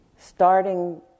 starting